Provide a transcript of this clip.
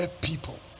people